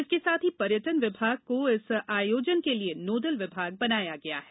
इसके साथ ही पर्यटन विभाग को इस आयोजन के लिये नोडल विभाग बनाया गया है